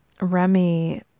Remy